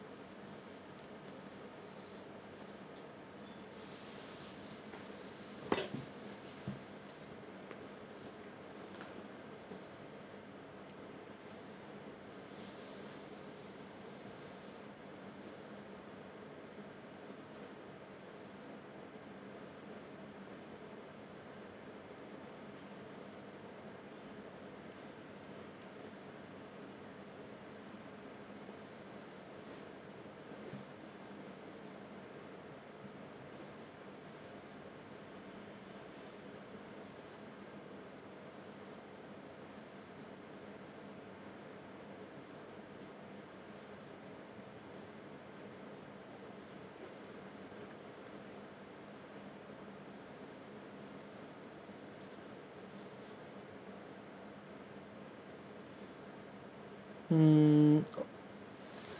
mm uh